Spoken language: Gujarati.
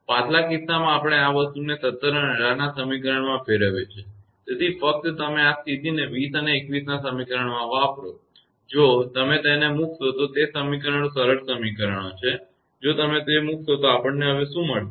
પાછલા કિસ્સામાં આપણે આ વસ્તુને 17 અને 18 ના સમીકરણ ફેરવીએ છીએ તેથી ફક્ત તમે આ સ્થિતિને 20 અને 21 ના સમીકરણમાં વાપરો જો તમે તેને મૂકશો તો તે સમીકરણો સરળ સમીકરણો છે જો તમે તે મૂકશો તો આપણને હવે શું મળશે